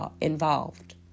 involved